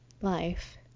life